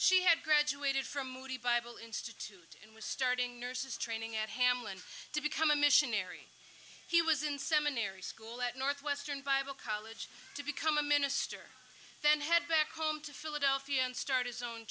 she had graduated from moody bible institute and was starting nurse's training at hamlin to become a missionary he was in seminary school at northwestern bible college to become a minister then head back home to philadelphia and start